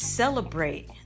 celebrate